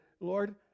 Lord